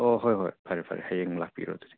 ꯑꯣ ꯍꯣꯏ ꯍꯣꯏ ꯐꯔꯦ ꯐꯔꯦ ꯍꯌꯦꯡ ꯂꯥꯛꯄꯤꯔꯣ ꯑꯗꯨꯗꯤ